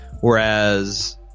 whereas –